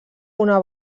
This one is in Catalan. una